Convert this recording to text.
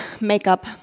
makeup